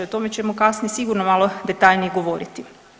O tome ćemo kasnije sigurno malo detaljnije govoriti.